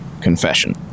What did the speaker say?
confession